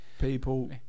people